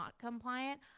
compliant